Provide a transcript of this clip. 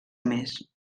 més